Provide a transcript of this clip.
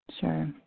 Sure